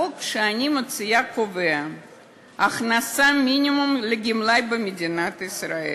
החוק שאני מציעה קובע הכנסת מינימום לגמלאי במדינת ישראל.